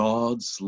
God's